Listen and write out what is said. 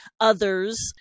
others